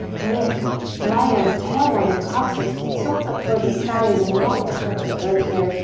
really allow your tailbone, your coccyx to tilt up towards the sky as you melt your heart to the earth here.